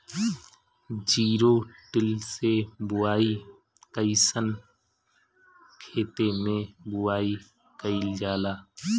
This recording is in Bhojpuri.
जिरो टिल से बुआई कयिसन खेते मै बुआई कयिल जाला?